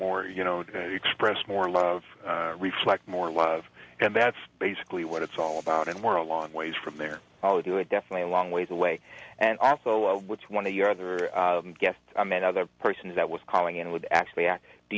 more you know express more love reflect more love and that's basically what it's all about and we're a long ways from there i'll do it definitely a long ways away and also which one of your other guests i met other persons that was calling in would actually